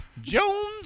Jones